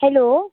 hello